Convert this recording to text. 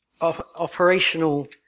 operational